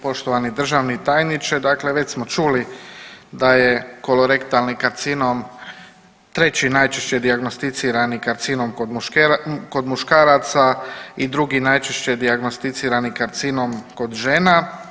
Poštovani državni tajniče, dakle već smo čuli da je kolorektalni karcinom treći najčešće dijagnosticirani karcinom kod muškaraca i drugi najčešće dijagnosticirani karcinom kod žena.